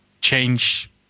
change